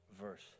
verse